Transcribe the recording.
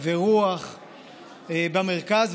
ורוח במרכז.